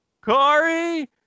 Corey